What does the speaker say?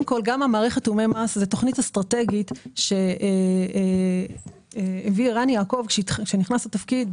גם מערכת תיאומי מס ותכנית אסטרטגית שהביא ערן יעקב עת נכנס לתפקיד,